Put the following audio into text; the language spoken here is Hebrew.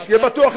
שיהיה בטוח לגמרי.